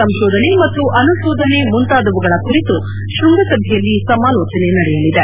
ಸಂಶೋಧನೆ ಮತ್ತು ಅನುಶೋಧನೆ ಮುಂತಾದವುಗಳ ಕುರಿತು ಶ್ವಂಗಸಭೆಯಲ್ಲಿ ಸಮಾಲೋಚನೆ ನಡೆಯಲಿದೆ